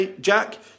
Jack